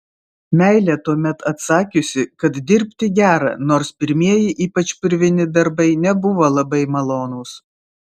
meilė tuomet atsakiusi kad dirbti gera nors pirmieji ypač purvini darbai nebuvo labai malonūs